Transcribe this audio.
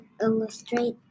illustrate